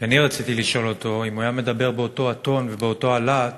כי אני רציתי לשאול אותו אם הוא היה מדבר באותו הטון ובאותו הלהט